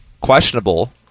questionable